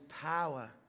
power